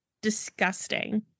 Disgusting